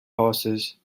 horses